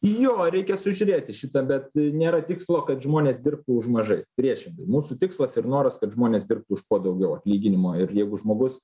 jo reikia sužiūrėti šitą bet nėra tikslo kad žmonės dirbtų už mažai priešingai mūsų tikslas ir noras kad žmonės dirbtų už kuo daugiau atlyginimo ir jeigu žmogus